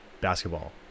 basketball